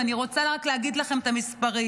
ואני רוצה רק להגיד לכם את המספרים: